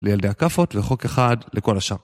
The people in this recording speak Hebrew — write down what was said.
לילדי הכאפות, וחוק אחד לכל השאר.